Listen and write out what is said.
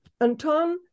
Anton